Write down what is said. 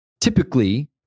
Typically